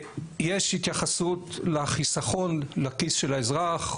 יש התייחסות לחיסכון לכיס של האזרח,